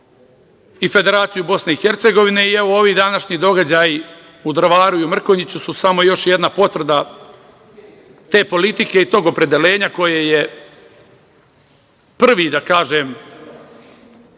i Federaciju Bosne i Hercegovine i ovi današnji događaji u Drvaru i u Mrkonjiću su samo još jedna potvrda te politike i tog opredeljenja koje je prvi, da kažem,